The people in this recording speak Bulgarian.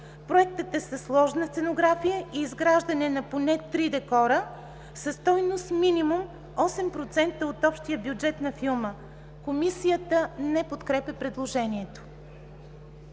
проектът е със сложна сценография и изграждане на поне три декора със стойност минимум 8% от общия бюджет на филма.”. Комисията не подкрепя предложението.